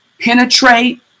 penetrate